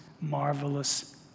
marvelous